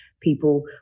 People